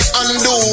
undo